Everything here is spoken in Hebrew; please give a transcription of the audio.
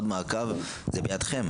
עוד מעקב זה בידכם.